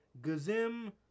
Gazim